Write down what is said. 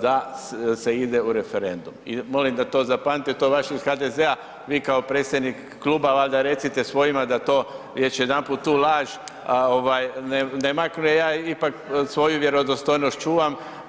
da se ide u referendum i molim da to zapamtite jel to vaši iz HDZ-a vi kao predsjednik kluba valjda recite svojima da to već jedanput tu lažu ne maknu jer ja ipak svoju vjerodostojnost čuvam.